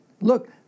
look